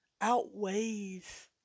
outweighs